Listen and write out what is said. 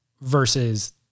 versus